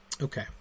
Okay